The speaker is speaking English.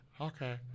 Okay